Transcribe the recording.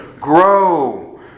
Grow